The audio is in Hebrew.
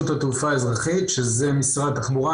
ברשות התעופה האזרחית, שזה משרד התחבורה.